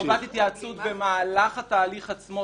חובת התייעצות במהלך התהליך עצמו,